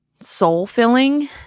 soul-filling